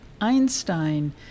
Einstein